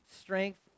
strength